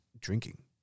drinking